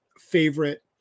favorite